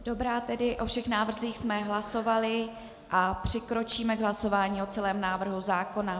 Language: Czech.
Dobrá tedy, o všech návrzích jsme hlasovali a přikročíme k hlasování o celém návrhu zákona.